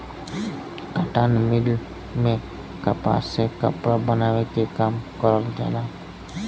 cotton mill में कपास से कपड़ा बनावे के काम करल जाला